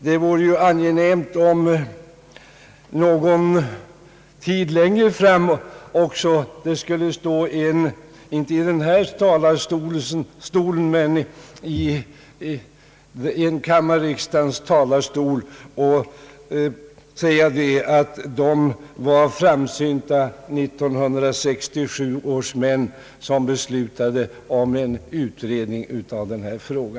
Det vore ju angenämt om det längre fram i tiden skulle stå någon ledamot av riksdagen, inte i denna talarstol men i enkammarriksdagens talarstol, och säga att 1967 års män var framsynta som beslutade om en utredning i denna fråga.